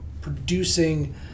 producing